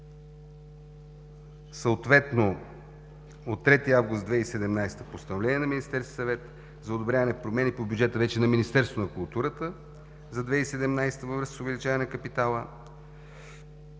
Съответно от 3 август 2017 г. с Постановление на Министерския съвет за одобряване промени по бюджета вече на Министерството на културата за 2017 г., във връзка с увеличаване на капитала